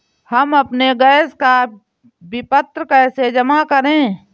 हम अपने गैस का विपत्र कैसे जमा करें?